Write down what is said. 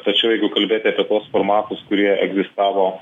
tačiau jeigu kalbėti apie tuos formatus kurie egzistavo